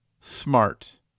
smart